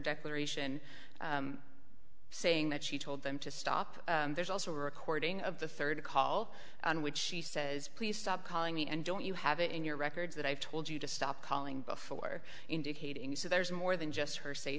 declaration saying that she told them to stop there's also a recording of the third call on which she says please stop calling me and don't you have it in your records that i've told you to stop calling before indicating so there's more than just her say